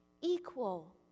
equal